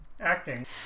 acting